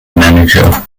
manager